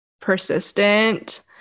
persistent